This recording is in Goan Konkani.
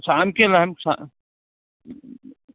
सामके लाय सा